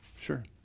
Sure